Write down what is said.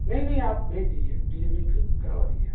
نہیں نہیں آپ بھیج دیجیے ڈلیوری کروا دیجئے